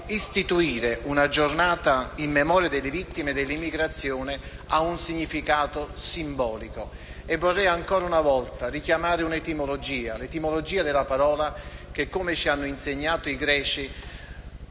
di una Giornata in memoria delle vittime dell'immigrazione ha un significato simbolico. Vorrei ancora una volta richiamare l'etimologia della parola simbolo che - come ci hanno insegnato i greci